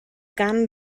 gan